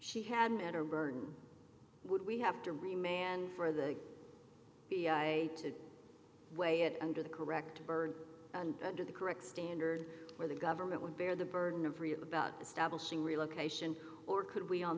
she had met her birth would we have to re man for the cia to weigh it under the correct burn and under the correct standard where the government would bear the burden of re about establishing relocation or could we on